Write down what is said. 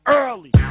early